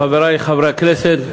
חברי חברי הכנסת,